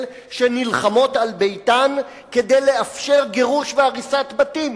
שנלחמות על ביתן כדי לאפשר גירוש והריסת בתים,